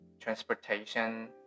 transportation